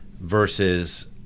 versus